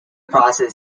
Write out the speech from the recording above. process